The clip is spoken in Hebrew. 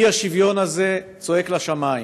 האי-שוויון הזה צועק לשמים.